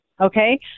okay